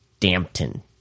Dampton